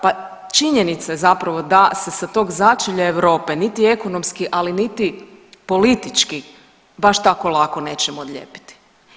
Pa činjenica je zapravo da se sa tog začelja Europa niti ekonomski, ali niti politički baš tako lako nećemo odlijepiti.